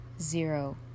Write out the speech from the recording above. zero